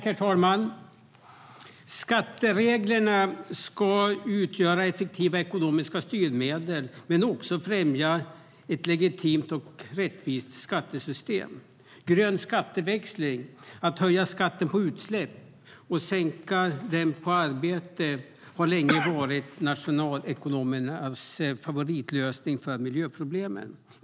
Herr talman! Skattereglerna ska utgöra effektiva ekonomiska styrmedel men också främja ett legitimt och rättvist skattesystem. Grön skatteväxling - att höja skatten på utsläpp och sänka den på arbete - har länge varit nationalekonomernas favoritlösning på miljöproblemen.